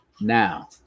now